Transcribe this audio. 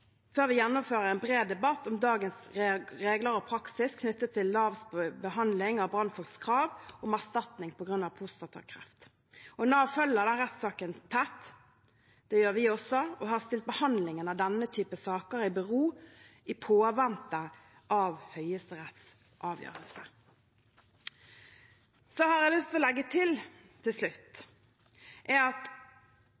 før vi gjennomfører en bred debatt om dagens regler og praksis knyttet til Navs behandling av brannfolks krav om erstatning på grunn av prostatakreft. Nav følger rettssaken tett – det gjør vi også – og har stilt behandlingen av denne typen saker i bero i påvente av Høyesteretts avgjørelse. Jeg vil til slutt legge til